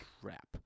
crap